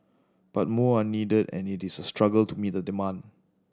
but more are needed and it is a struggle to meet demand